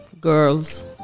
Girls